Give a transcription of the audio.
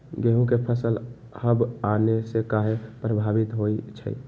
गेंहू के फसल हव आने से काहे पभवित होई छई?